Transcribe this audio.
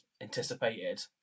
anticipated